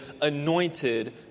anointed